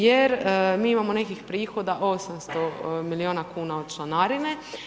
Jer mi imamo nekih prihoda 800 milijuna kuna od članarine.